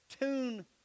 tune